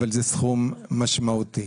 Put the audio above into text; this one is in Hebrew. אבל זה סכום משמעותי.